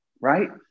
right